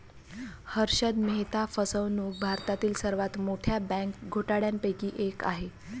हर्षद मेहता फसवणूक भारतातील सर्वात मोठ्या बँक घोटाळ्यांपैकी एक आहे